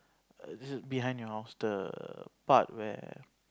err behind your house the part where